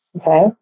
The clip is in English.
Okay